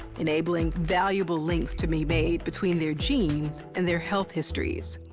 enabling valuable links to be made between their genes, and their health histories.